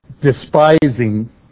despising